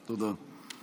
תודה.